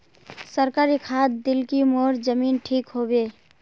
सरकारी खाद दिल की मोर जमीन ठीक होबे?